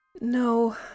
No